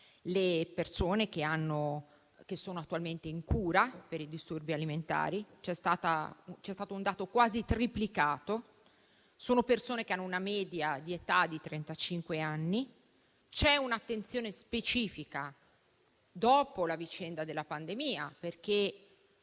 le persone che sono attualmente in cura per disturbi alimentari; il dato è quasi triplicato. Si tratta di persone che hanno una media di età di trentacinque anni. C'è un'attenzione specifica, dopo la vicenda della pandemia, perché